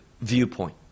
viewpoint